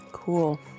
Cool